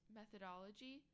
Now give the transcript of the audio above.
Methodology